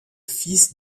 fils